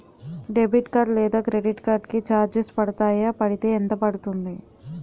Debit card లేదా credit card కి charges పడతాయా? పడితే ఎంత పడుతుంది?